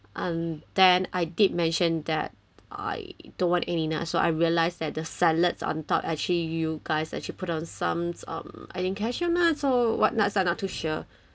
and then I did mention that I don't want any nut so I realized that the salads on top actually you guys actually put on some um I think cashew nut or what nuts I'm not too sure